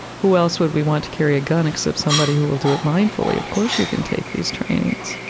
who else would we want to carry a gun except somebody who will do it mindfully? of course you can take these trainings.